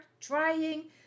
trying